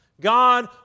God